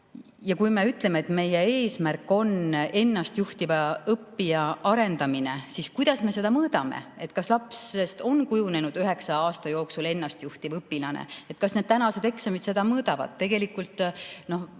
Kui me ütleme, et meie eesmärk on ennastjuhtiva õppija arendamine, siis kuidas me seda mõõdame, kas lapsest on kujunenud üheksa aasta jooksul ennastjuhtiv õpilane? Kas tänased eksamid seda mõõdavad? Tegelikult